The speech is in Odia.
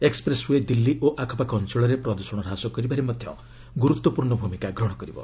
ଏକ୍ପ୍ରେସ୍ଓ୍ବେ ଦିଲ୍ଲୀ ଓ ଆଖପାଖ ଅଞ୍ଚଳରେ ପ୍ରଦୃଷଣ ହ୍ରାସ କରିବାରେ ମଧ୍ୟ ଗୁରୁତ୍ୱପୂର୍୍ଣ୍ଣ ଭୂମିକା ଗ୍ରହଣ କରିବ